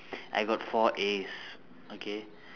I got four As okay